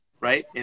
right